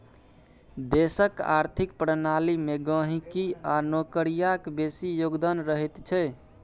देशक आर्थिक प्रणाली मे गहिंकी आ नौकरियाक बेसी योगदान रहैत छै